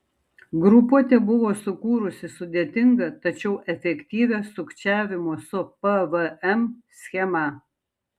grupuotė buvo sukūrusi sudėtingą tačiau efektyvią sukčiavimo su pvm schemą